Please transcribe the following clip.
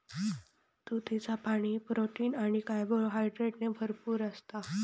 तुतीचा पाणी, प्रोटीन आणि कार्बोहायड्रेटने भरपूर असता